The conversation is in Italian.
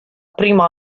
prima